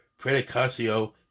predicatio